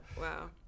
wow